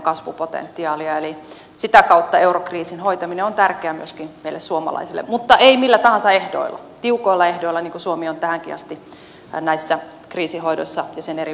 eli sitä kautta eurokriisin hoitaminen on tärkeää myöskin meille suomalaisille mutta ei millä tahansa ehdoilla vaan tiukoilla ehdoilla niin kuin suomi on tähänkin asti näissä kriisin hoidoissa ja sen eri vaiheissa edustanut